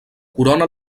corona